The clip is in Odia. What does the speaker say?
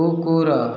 କୁକୁର